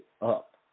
up